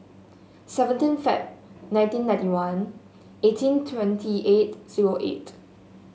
seventeen Feb nineteen ninety one eighteen twenty eight zero eight